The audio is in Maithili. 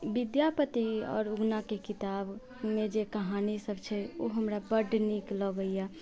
विद्यापति आओर उगना के किताब मे जे कहानी सब छै ओ हमरा बड नीक लगैया